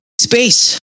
space